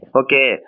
okay